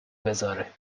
بزاره